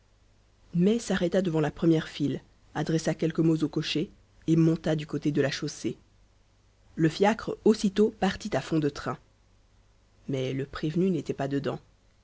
mai s'arrêta devant la première file adressa quelques mots au cocher et monta du côté de la chaussée le fiacre aussitôt partit à fond de train mais le prévenu n'était pas dedans